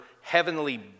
heavenly